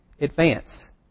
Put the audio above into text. advance